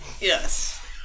Yes